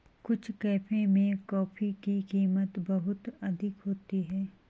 कुछ कैफे में कॉफी की कीमत बहुत अधिक होती है